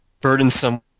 burdensome